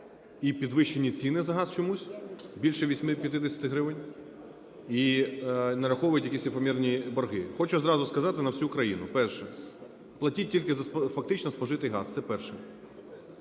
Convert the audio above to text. і підвищені ціни за газ чомусь, більше 85 гривень, і нараховують якісь ефемерні борги. Хочу зразу сказати на всю країну. Перше. Платіть тільки за фактично спожитий газ. Це перше.